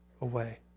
away